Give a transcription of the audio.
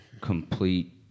complete